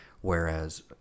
whereas